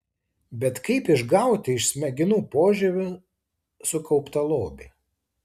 bet kaip išgauti iš smegenų požievio sukauptą lobį